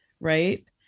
right